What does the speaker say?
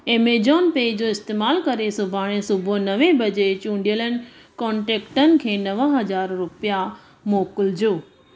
Amazon पे जो इस्तैमाल करे सुभाणे सुबुह नवें बजे चूंडियल कोन्टेकटनि खे नव हज़ार रुपिया मोकिलिजो